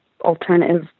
alternative